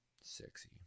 sexy